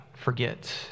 forget